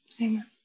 Amen